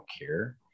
care